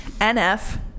NF